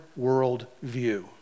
worldview